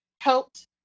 helped